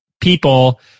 people